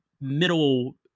middle